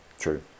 true